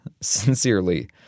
Sincerely